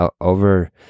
Over